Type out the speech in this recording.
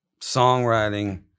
songwriting